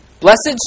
Blessed